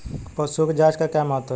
पशुओं की जांच का क्या महत्व है?